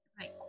Right